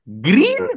Green